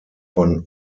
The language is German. von